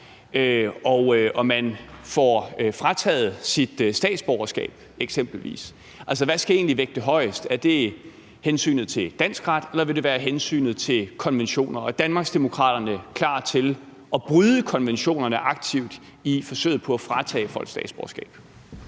får frataget sit statsborgerskab, eksempelvis. Altså, hvad skal egentlig vægte højest – er det hensynet til dansk ret, eller vil det være hensynet til konventioner? Og er Danmarksdemokraterne klar til at bryde konventionerne aktivt i forsøget på at fratage folk deres statsborgerskab?